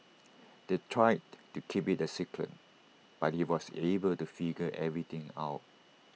they tried to keep IT A secret but he was able to figure everything out